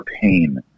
pain